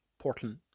Portland